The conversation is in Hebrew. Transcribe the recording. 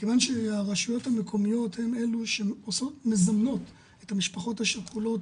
מכיוון שהרשויות המקומיות הן אלה שמזמנות את המשפחות השכולות,